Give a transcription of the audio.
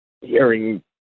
hearing